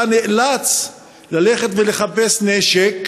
אתה נאלץ ללכת לחפש נשק,